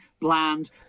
bland